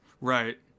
Right